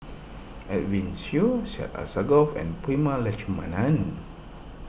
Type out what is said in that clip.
Edwin Siew Syed Alsagoff and Prema Letchumanan